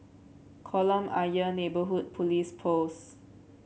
Kolam Ayer Neighbourhood Police Post